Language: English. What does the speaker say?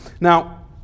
Now